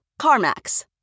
CarMax